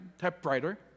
typewriter